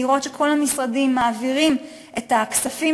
לראות שכל המשרדים מעבירים את הכספים